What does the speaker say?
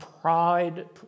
pride